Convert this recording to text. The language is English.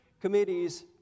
committees